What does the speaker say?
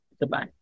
Goodbye